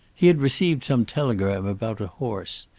he had received some telegram about a horse.